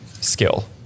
skill